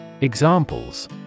Examples